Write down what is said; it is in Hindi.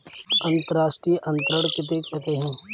अंतर्राष्ट्रीय अंतरण किसे कहते हैं?